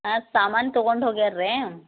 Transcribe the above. ಹಾಂ ಸಾಮಾನು ತಗೊಂಡು ಹೋಗ್ಯಾರ ರೀ